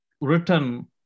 written